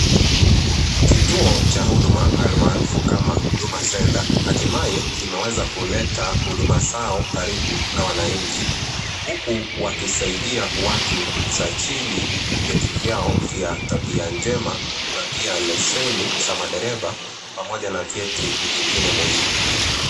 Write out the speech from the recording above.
Kituo cha huduma almaarufu kama Huduma Centre, hatimaye imeweza kuleta huduma zao karibu na wananchi, huku wakisaidia watu kusajili vyeti vyao vya tabia njema na pia leseni za madereva pamoja na vyeti vingine muhimu.